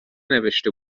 نوشته